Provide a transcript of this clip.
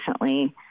recently